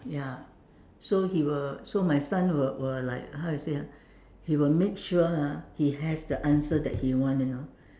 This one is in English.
ya so he will so my son will will like how you say ah he will make sure ah he have the answer that he want you know